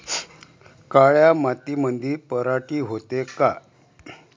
काळ्या मातीमंदी पराटी होते का?